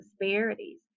disparities